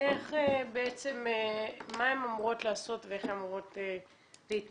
מה הן אמורות לעשות ואיך הן אמורות להתנהל?